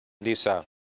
Lisa